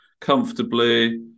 comfortably